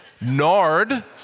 nard